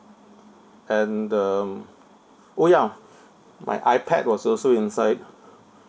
and uh orh ya my ipad was also inside